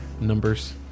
numbers